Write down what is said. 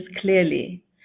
clearly